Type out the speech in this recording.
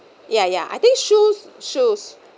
ya ya I think shoes shoes